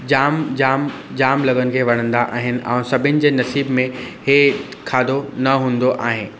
जाम जाम जाम लॻनि खे वणंदा आहिनि ऐं सभिनि जे नसीब में हीअ खाधो न हूंदो आहे